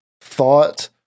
thought